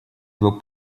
два